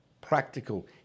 practical